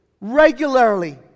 Regularly